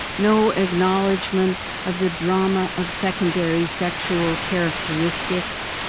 no acknowledgment of the drama of secondary sexual characteristics,